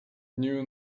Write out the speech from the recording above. knew